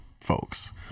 folks